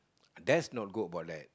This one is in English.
that's not good about that